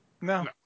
no